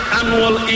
annual